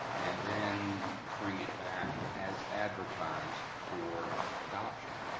and then bring it back as advertised for adoption.